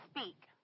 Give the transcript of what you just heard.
speak